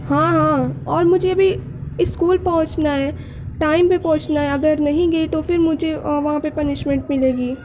ہاں ہاں اور مجھے ابھی اسکول پہنچنا ہے ٹائم پہ پہنچنا ہے اگر نہیں گئی تو پھر مجھے وہاں پہ پنشمنٹ ملے گی